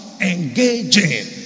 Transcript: engaging